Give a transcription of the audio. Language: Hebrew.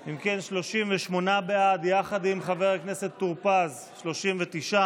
אם כן, 38 בעד, יחד עם חבר הכנסת טור פז, 39,